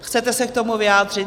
Chcete se k tomu vyjádřit?